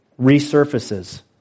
resurfaces